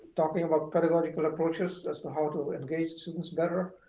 talking about pedagogical approaches as to how to engage students better.